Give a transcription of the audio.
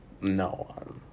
No